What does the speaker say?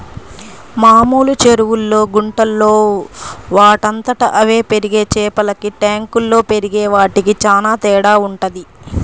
మామూలు చెరువుల్లో, గుంటల్లో వాటంతట అవే పెరిగే చేపలకి ట్యాంకుల్లో పెరిగే వాటికి చానా తేడా వుంటది